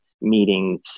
meetings